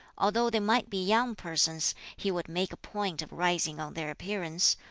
although they might be young persons, he would make a point of rising on their appearance,